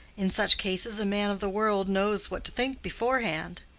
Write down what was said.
in such cases a man of the world knows what to think beforehand.